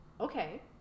okay